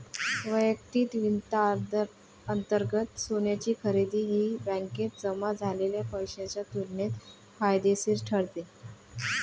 वैयक्तिक वित्तांतर्गत सोन्याची खरेदी ही बँकेत जमा झालेल्या पैशाच्या तुलनेत फायदेशीर ठरते